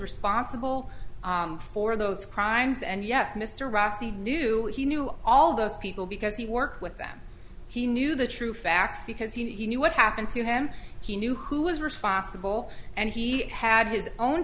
responsible for those crimes and yes mr ross he knew he knew all those people because he worked with them he knew the true facts because he knew what happened to him he knew who was responsible and he had his own